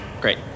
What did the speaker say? Great